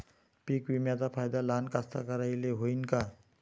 पीक विम्याचा फायदा लहान कास्तकाराइले होईन का?